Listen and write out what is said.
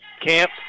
camp